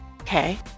Okay